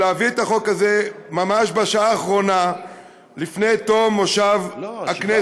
להביא את החוק הזה ממש בשעה האחרונה לפני תום כנס הכנסת.